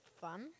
fun